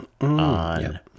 on